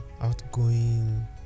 outgoing